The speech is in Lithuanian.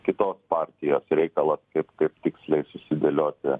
kitos partijos reikalas kaip tiksliai susidėlioti